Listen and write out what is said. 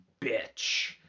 bitch